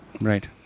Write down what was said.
Right